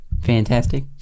Fantastic